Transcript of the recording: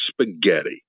spaghetti